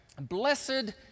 blessed